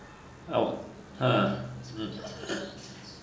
oh !huh! hmm